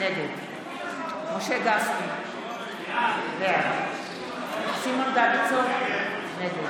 בעד גילה גמליאל, בעד מאזן גנאים, נגד